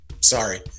Sorry